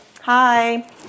Hi